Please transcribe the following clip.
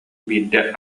биирдэ